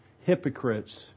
hypocrites